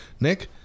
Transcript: Nick